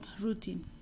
routine